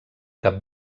cap